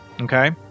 Okay